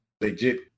legit